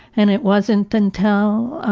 and it wasn't until